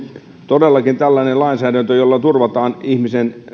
todellakin tällainen lainsäädäntö jolla turvataan ihmisen